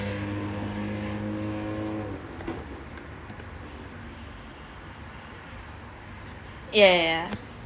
ya ya